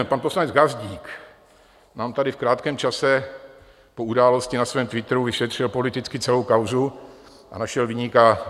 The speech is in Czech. Pan poslanec Gazdík nám tady v krátkém čase po události na svém Twitteru vyšetřil politicky celou kauzu a našel viníka Dezu.